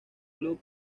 club